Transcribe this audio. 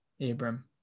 Abram